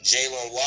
Jalen